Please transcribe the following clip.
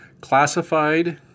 classified